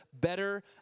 better